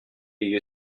you